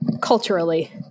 Culturally